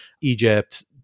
Egypt